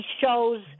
shows